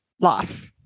loss